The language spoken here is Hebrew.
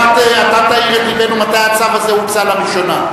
אתה תאיר את עינינו מתי הצו הזה הוצא לראשונה,